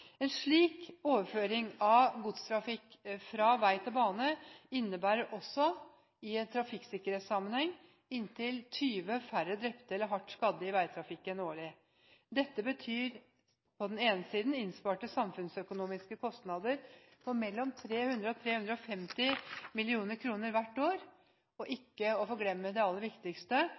En slik overføring av godstrafikk fra vei til bane innebærer også i trafikksikkerhetssammenheng inntil 20 færre drepte eller hardt skadde i veitrafikken årlig. Dette betyr på den ene siden innsparte samfunnsøkonomiske kostnader på mellom 300 mill. kr og 350 mill. kr hvert år, og på den andre siden – for ikke å glemme det aller viktigste